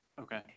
Okay